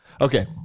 okay